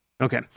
Okay